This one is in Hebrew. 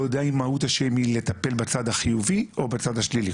לא יודע אם מהות השם היא לטפל בצד החיובי או בצד השלישי,